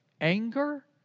anger